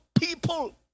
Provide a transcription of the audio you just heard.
people